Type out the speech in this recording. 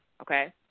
okay